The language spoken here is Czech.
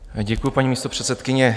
Děkuji, paní místopředsedkyně.